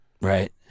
right